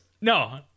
No